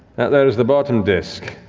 that there is the bottom disc.